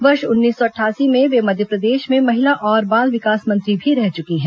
वर्ष उन्नीस सौ अठासी में वे मध्यप्रदेश में महिला बाल विकास मंत्री भी रह चुकी हैं